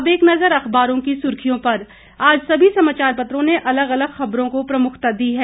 अब एक नज़र अखबारों की सुर्खियों पर आज सभी समाचार पत्रों ने अलग अलग खबरों को प्रमुखता दी है